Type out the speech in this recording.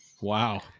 Wow